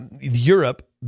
Europe